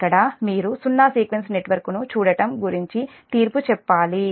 ఇక్కడ మీరు సున్నా సీక్వెన్స్ నెట్వర్క్ను చూడటం గురించి తీర్పు చెప్పాలి